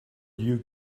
you